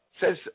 says